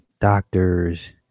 doctors